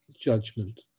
judgment